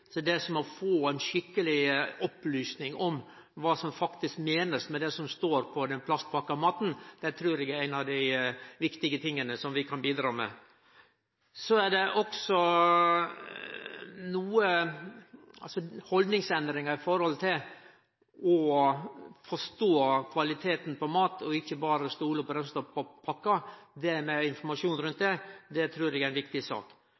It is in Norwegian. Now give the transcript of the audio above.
å få skikkeleg opplysning om kva som står på den plastpakka maten, trur eg er ein av dei viktige tinga vi kan bidra med. Det er også litt haldningsendring når det gjeld å forstå kvaliteten på maten og ikkje berre stole på det som står på pakka. Informasjon om dette trur eg er ei viktig sak.